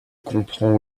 comprend